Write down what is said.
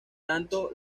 tanto